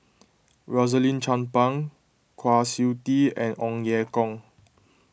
Rosaline Chan Pang Kwa Siew Tee and Ong Ye Kung